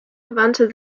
wandte